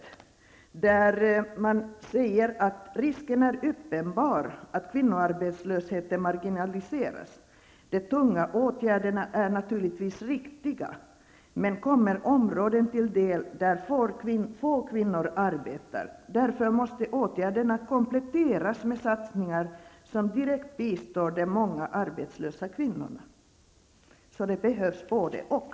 I detta brev står bl.a. följande: ''Risken är uppenbar att kvinnoarbetslösheten marginaliseras. De tunga åtgärderna är naturligtvis riktiga men kommer områden till del där få kvinnor arbetar. Därför måste åtgärderna kompletteras med satsningar som direkt bistår de många arbetslösa kvinnorna.'' Båda dessa åtgärder behöver alltså vidtas.